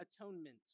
atonement